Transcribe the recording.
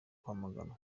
kwamaganwa